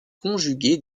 conjuguées